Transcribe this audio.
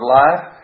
life